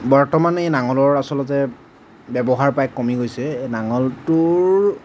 বৰ্তমান এই নাঙলৰ আচলতে ব্যৱহাৰ প্ৰায় কমি গৈছে নাঙলটোৰ